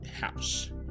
house